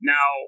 Now